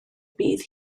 bydd